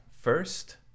first